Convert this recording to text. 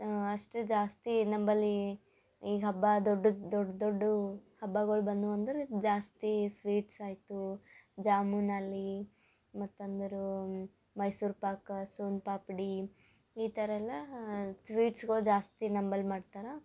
ಅಷ್ಟೇ ಜಾಸ್ತಿ ನಮ್ಮಲ್ಲಿ ಈ ಹಬ್ಬ ದೊಡ್ಡದು ದೊಡ್ಡ ದೊಡ್ಡ ಹಬ್ಬಗಳು ಬಂದವು ಅಂದ್ರೆ ಜಾಸ್ತಿ ಸ್ವೀಟ್ಸ್ ಆಯಿತು ಜಾಮೂನಲ್ಲಿ ಮತ್ತು ಅಂದರೆ ಮೈಸೂರುಪಾಕು ಸೋನ್ ಪಾಪಡಿ ಈ ಥರ ಎಲ್ಲ ಸ್ವೀಟ್ಸ್ಗಳು ಜಾಸ್ತಿ ನಂಬಲ್ಲಿ ಮಾಡ್ತಾರೆ